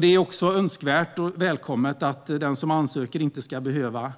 Det är också önskvärt och välkommet att den som ansöker inte ska behöva